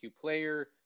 player